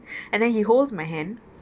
and then he holds my hand